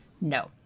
no